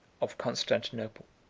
of constantinople,